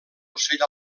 ocell